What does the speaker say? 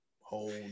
Whole